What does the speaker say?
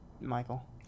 Michael